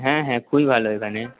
হ্যাঁ হ্যাঁ খুবই ভালো ওইখানে